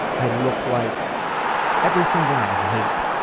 i look like everything that i hate.